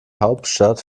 hauptstadt